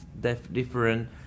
different